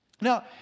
Now